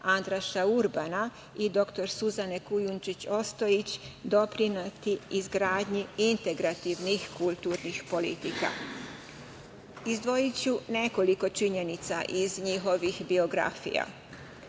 Andraša Urbana i dr Suzane Kujundžić Ostojić doprineti izgradnji integrativnih kulturnih politika. Izdvojiću nekoliko činjenica iz njihovih biografija. Andraš